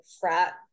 frat